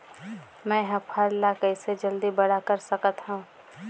मैं ह फल ला कइसे जल्दी बड़ा कर सकत हव?